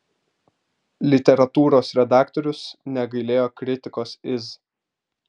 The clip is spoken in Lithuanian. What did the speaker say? literatūros redaktorius negailėjo kritikos iz